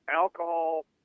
alcohol